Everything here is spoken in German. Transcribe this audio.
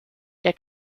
der